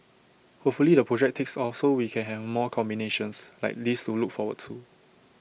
hopefully the project takes off so we can have more combinations like this to look forward to